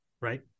Right